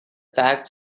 facts